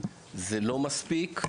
זה לא מספיק,